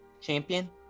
champion